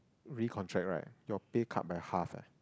recontract right your pay cut by half leh